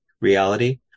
reality